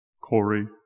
Corey